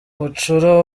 bucura